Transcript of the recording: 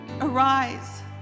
arise